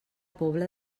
pobla